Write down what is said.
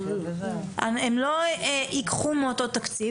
הם לא ייקחו מאותו תקציב,